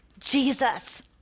Jesus